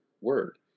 word